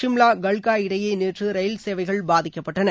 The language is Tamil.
சிம்லா கல்கா இடையே நேற்று ரயில் சேவைகள் பாதிக்கப்பட்டன